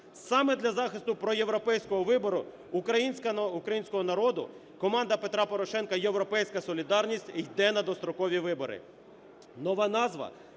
Саме для захисту проєвропейського вибору українського народу команда Петра Порошенка "Європейська Солідарність" йде на дострокові вибори.